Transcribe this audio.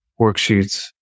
worksheets